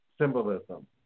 symbolism